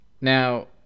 now